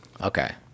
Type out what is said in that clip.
Okay